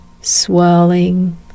Swirling